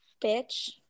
Bitch